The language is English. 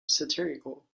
satirical